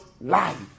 Life